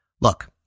Look